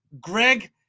Greg